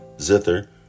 zither